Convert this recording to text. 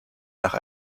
nach